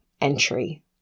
entry